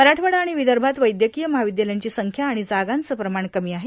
मराठवाडा आणि विदर्भात वैयकीय महाविद्यालयांची संख्या आणि जागांचं प्रमाण कमी आहे